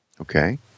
Okay